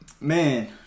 man